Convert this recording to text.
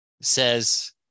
says